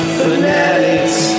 fanatics